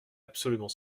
absolument